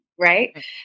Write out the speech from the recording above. Right